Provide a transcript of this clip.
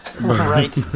right